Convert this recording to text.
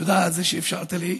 תודה על זה שאפשרת לי,